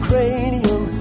Cranium